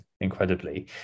Incredibly